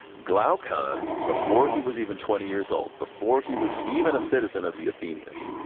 glaucon, before he was even twenty years old, before he was even a citizen of the athenians,